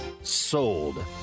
sold